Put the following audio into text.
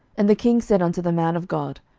and the king said unto the man of god,